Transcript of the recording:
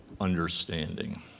understanding